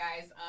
guys